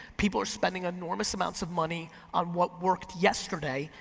people are spending enormous amounts of money on what worked yesterday,